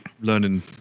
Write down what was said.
learning